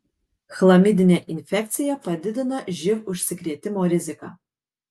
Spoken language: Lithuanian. chlamidinė infekcija padidina živ užsikrėtimo riziką